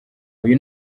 uyu